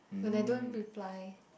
when I don't reply